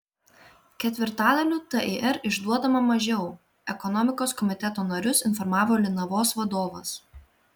ketvirtadaliu tir išduodama mažiau ekonomikos komiteto narius informavo linavos vadovas